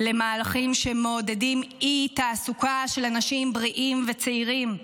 למהלכים שמעודדים אי-תעסוקה של אנשים בריאים וצעירים,